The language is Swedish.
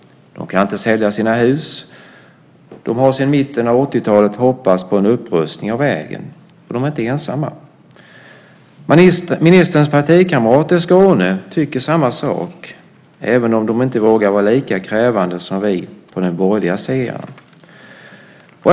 De kan inte sälja sina hus. De har sedan mitten av 80-talet hoppats på en upprustning av vägen. De är inte ensamma, ministerns partikamrater i Skåne tycker samma sak, även om de inte vågar vara lika krävande som vi på den borgerliga sidan.